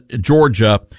Georgia